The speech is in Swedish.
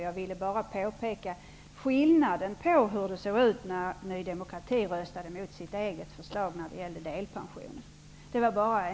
Jag ville bara påpeka skillnaden på hur det var när Ny demokrati röstade mot sitt eget förslag när det gällde delpension.